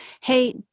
Hey